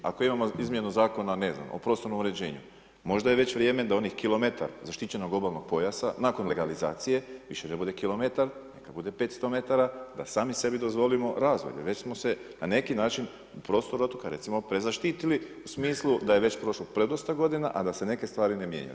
Ako imamo izmjenu Zakona, ne znam, o prostornom uređenju, možda je već vrijeme da onih kilometar zaštićenog obalnog pojasa nakon legalizacije, više ne bude kilometar, neka bude 500 metara, da sami sebi dozvolimo razvoj, jer već smo se, na neki način, u prostor otoka, recimo prezaštitili, u smislu da je već prošlo predosta godina, a da se neke stvari ne mijenjaju.